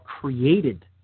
created